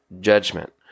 judgment